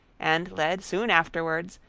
and led soon afterwards,